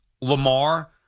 Lamar